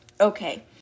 okay